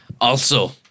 also-